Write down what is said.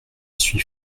suis